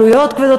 עלויות כבדות,